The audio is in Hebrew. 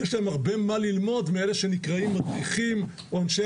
יש להם הרבה מה ללמוד מאלה שנקראים "מדריכים" או אנשי